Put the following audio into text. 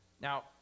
Now